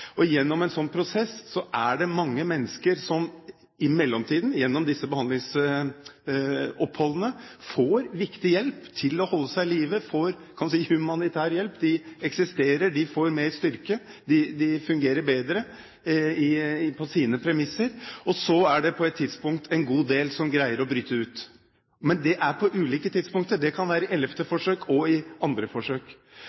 en sånn prosess er det mange mennesker som i mellomtiden gjennom disse behandlingsoppholdene får viktig hjelp til å holde seg i live, de får humanitær hjelp. De eksisterer, de får mer styrke og de fungerer bedre på sine premisser. Så er det på et tidspunkt en god del som greier å bryte ut. Men det er på ulike tidspunkter. Det kan være i ellevte